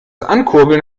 ankurbeln